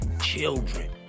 children